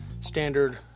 standard